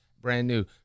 brand-new